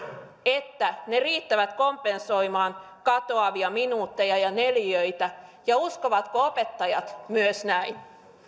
että ne riittävät kompensoimaan katoavia minuutteja ja neliöitä ja uskovatko myös opettajat näin